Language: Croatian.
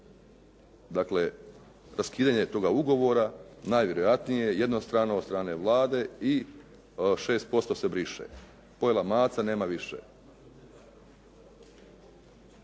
dakle raskidanje toga ugovora najvjerojatnije jednostrano od strane Vlade i 6% se briše. Pojela maca, nema više!